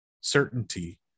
certainty